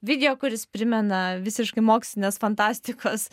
video kuris primena visiškai mokslinės fantastikos